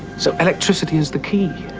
so electricity is the key?